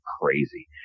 crazy